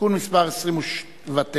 (תיקון מס' 29),